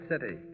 city